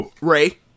Ray